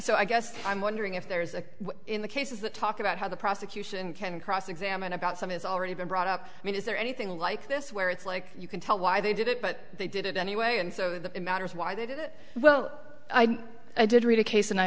so i guess i'm wondering if there's a in the cases that talked about how the prosecution can cross examine about some it's already been brought up i mean is there anything like this where it's like you can tell why they did it but they did it anyway and so the matter is why they did it well i did read a case and i